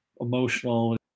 emotional